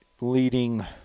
leading